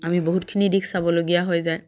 আমি বহুতখিনি দিশ চাবলগীয়া হৈ যায়